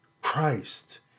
Christ